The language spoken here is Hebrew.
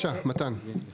בבקשה מתן.